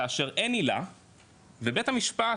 כאשר אין עילה ובית המשפט,